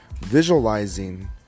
Visualizing